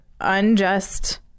unjust